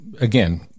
again